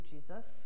Jesus